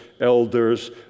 elders